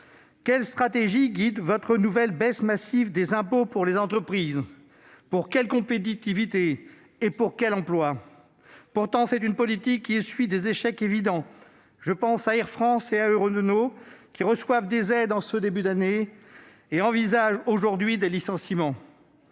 Quelle stratégie guide votre nouvelle baisse massive des impôts pour les entreprises ? Pour quelle compétitivité et pour quels emplois prenez-vous de telles décisions ? C'est une politique qui essuie pourtant des échecs évidents. Je pense à Air France et à Renault, qui ont reçu des aides en début d'année et envisagent aujourd'hui des licenciements.